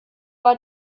war